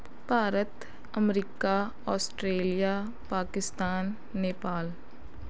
Bharat America Australia Pakistan Nepal